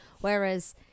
Whereas